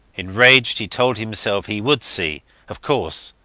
enraged, he told himself he would see of course.